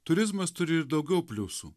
turizmas turi ir daugiau pliusų